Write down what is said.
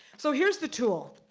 so here's the tool.